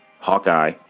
Hawkeye